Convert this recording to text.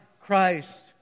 Christ